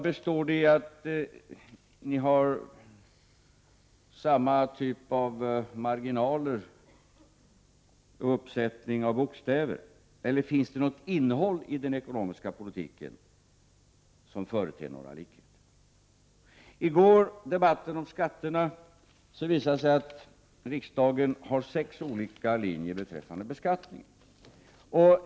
Består de i att ni har samma marginaler och uppsättning av bokstäver, eller finns det något innehåll i den ekonomiska politiken som företer några likheter? I debatten om skatterna i går visade det sig att riksdagen har sex olika linjer beträffande beskattningen.